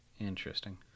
interesting